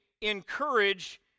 encourage